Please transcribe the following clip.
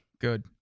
Good